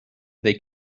they